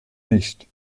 nicht